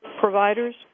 providers